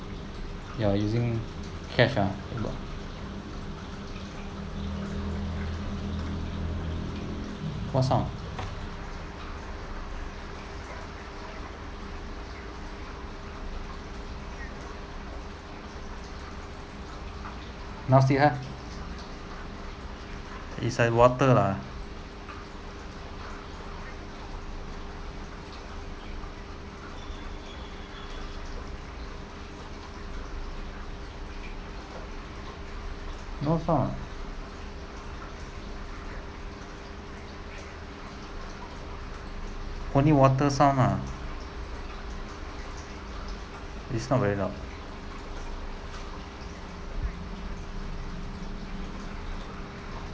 you're using cash ah what sound not see her is like water lah no sound ah only water sound lah it's not very loud